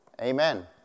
Amen